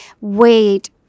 wait